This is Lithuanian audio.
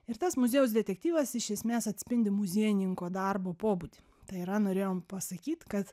ir tas muziejaus detektyvas iš esmės atspindi muziejininko darbo pobūdį tai yra norėjom pasakyt kad